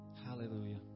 Hallelujah